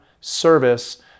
service